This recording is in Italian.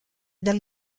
dal